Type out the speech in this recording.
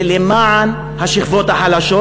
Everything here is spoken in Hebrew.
זה למען השכבות החלשות,